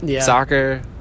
Soccer